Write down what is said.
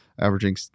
averaging